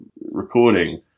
recording